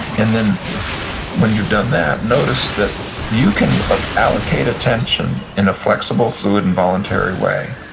and then when you've done that, notice that you can allocate attention in a flexible, fluid, and voluntary way.